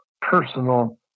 personal